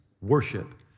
worship